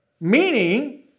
Meaning